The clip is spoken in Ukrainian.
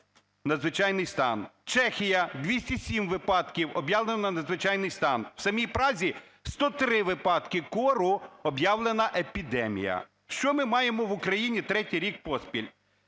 надзвичайний стан. Чехія: 207 випадків, об'явлено надзвичайний стан. В самій Празі 103 випадки кору, об'явлена епідемія. Що ми маємо в Україні третій рік поспіль?